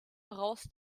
heraus